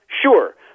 Sure